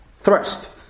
thrust